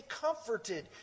comforted